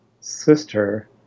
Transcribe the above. sister